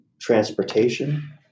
Transportation